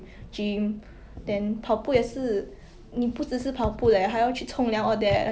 not say 胖 but maybe average size they keep like trying to lose weight